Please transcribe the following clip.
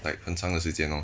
like 很长的时间 lor